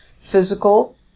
physical